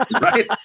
Right